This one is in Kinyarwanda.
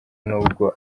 nubwo